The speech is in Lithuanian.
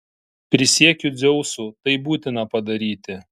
prisiekiu dzeusu tai būtina padaryti